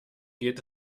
geht